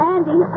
Andy